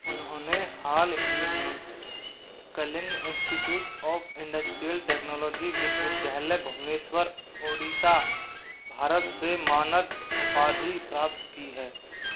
उन्होंने हाल ही में Kalinga institute of industrial technology विश्वविद्यालय भुवनेश्वर ओडिशा भारत से मानद उपाधि प्राप्त की है